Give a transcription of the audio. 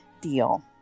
deal